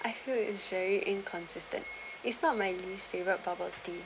I feel is very inconsistent it's not my least favourite bubble tea